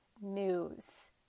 news